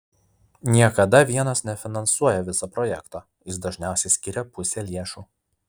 niekada vienas nefinansuoja viso projekto jis dažniausiai skiria pusę lėšų